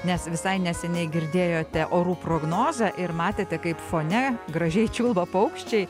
nes visai neseniai girdėjote orų prognozę ir matėte kaip fone gražiai čiulba paukščiai